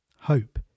Hope